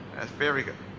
very good.